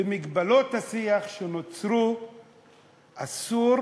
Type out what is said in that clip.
במגבלות השיח שנוצרו אסור